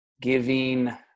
giving